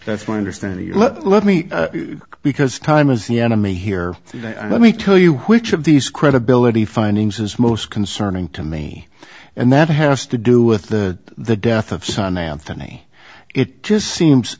that's my understanding you let me because time is the enemy here let me tell you which of these credibility findings is most concerning to me and that has to do with the the death of son anthony it just seems